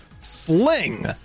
sling